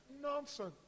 Nonsense